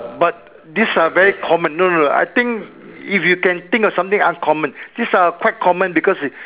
but these are very common no no no I think if you can think of something uncommon these are quite common because you